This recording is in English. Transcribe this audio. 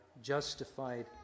justified